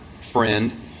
friend